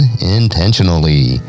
intentionally